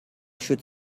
should